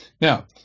now